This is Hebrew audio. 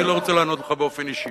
ואני לא רוצה לענות לך באופן אישי.